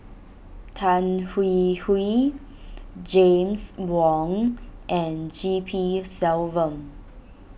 Tan Hwee Hwee James Wong and G P Selvam